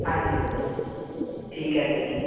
ਹਾਂਜੀ ਸਰ ਠੀਕ ਹੈ ਸਰ